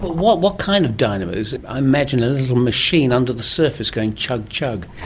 but what what kind of dynamo? i imagine a little machine under the surface going chug chug.